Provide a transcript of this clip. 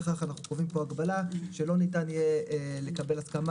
אנו קובעים הגבלה שלא ניתן יהיה לקבל הסכמה